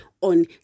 on